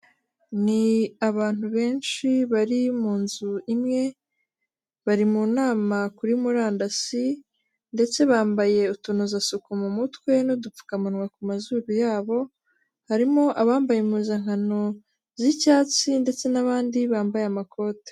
Ni abantu benshi bari munzu imwe bari mu nama kuri murandasi ndetse bambaye utunozasuku mu mutwe n'udupfukamunwa ku mazuru yabo, harimo abambaye impuzankano z'icyatsi ndetse n'abandi bambaye amakoti.